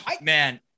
man